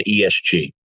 ESG